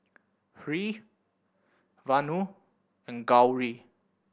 Hri Vanu and Gauri